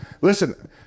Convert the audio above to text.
listen